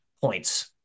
points